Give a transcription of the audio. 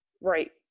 right